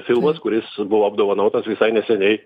filmas kuris buvo apdovanotas visai neseniai